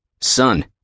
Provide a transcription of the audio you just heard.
Son